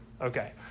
okay